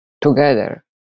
together